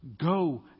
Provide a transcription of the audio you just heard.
go